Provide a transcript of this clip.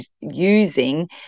using